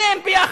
שניהם יחד.